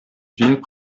vin